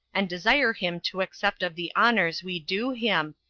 and desire him to accept of the honors we do him,